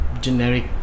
generic